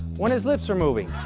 when his lips are moving.